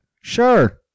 Sure